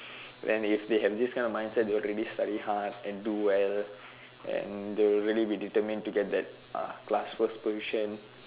and if they have this kind of mindset they are going to be study hard and do well and they will really be determined to get class position